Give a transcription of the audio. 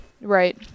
Right